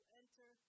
enter